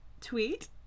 tweet